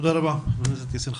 תודה רבה, חברת הכנסת יאסין ח'טיב.